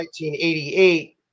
1988